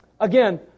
Again